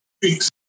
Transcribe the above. Peace